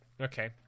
Okay